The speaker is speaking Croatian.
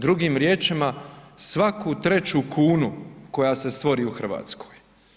Drugim riječima svaku treću kunu koja se stvori u Hrvatskoj.